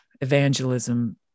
evangelism